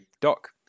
dock